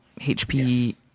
HP